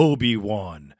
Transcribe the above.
Obi-Wan